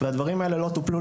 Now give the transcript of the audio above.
והדברים האלה לא טופלו,